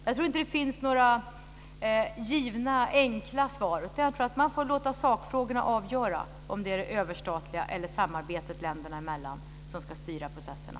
Jag tror inte att det finns några givna enkla svar, utan jag tror att man får låta sakfrågorna avgöra om det är det överstatliga eller samarbetet länderna emellan som ska styra processerna.